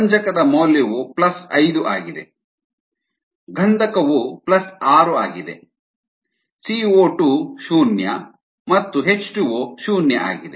ರಂಜಕದ ಮೌಲ್ಯವು ಪ್ಲಸ್ 5 ಆಗಿದೆ ಗಂಧಕವು ಪ್ಲಸ್ 6 ಆಗಿದೆ CO2 0 ಮತ್ತು H2O 0 ಆಗಿದೆ